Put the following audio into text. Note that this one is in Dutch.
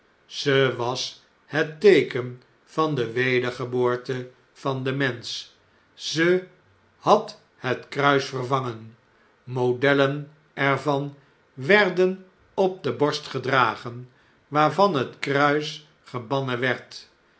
ze was het teeken van de wedergeboorte van den mensch ze had het kruis vervangen modellen er van werden op de borst gedragen waarvan het kruis gebannen werd